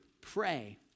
pray